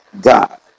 God